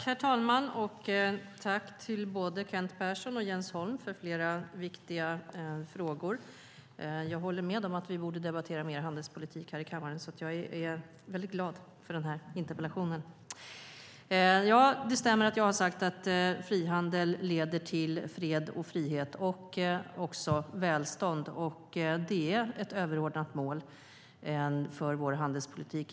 Herr talman! Tack till både Kent Persson och Jens Holm för flera viktiga frågor! Jag håller med om att vi borde debattera mer handelspolitik i kammaren. Jag är alltså glad för den här interpellationen. Det stämmer att jag har sagt att frihandel leder till fred och frihet och också välstånd. Det är ett överordnat mål för vår handelspolitik.